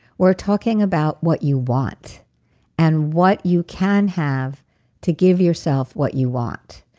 we're talking about what you want and what you can have to give yourself what you want.